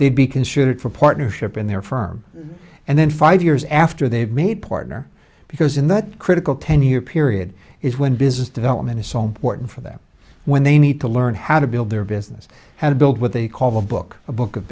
they'd be considered for partnership in their firm and then five years after they've made partner because in that critical ten year period is when business development is so important for them when they need to learn how to build their business how to build what they call the book a book of